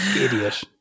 idiot